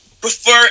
prefer